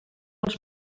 els